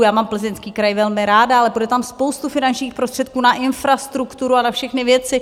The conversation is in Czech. Já mám Plzeňský kraj velmi ráda, ale půjde tam spoustu finančních prostředků na infrastrukturu a na všechny věci.